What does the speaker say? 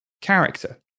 character